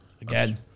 again